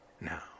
now